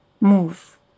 move